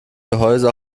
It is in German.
gehäuse